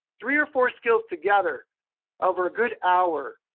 three or four skills together over a good hour.